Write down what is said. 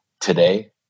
today